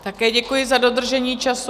Také děkuji za dodržení času.